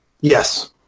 Yes